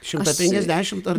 šimtą penkiasdešimt ar